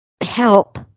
help